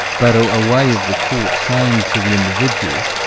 but a way of the court saying to the individual,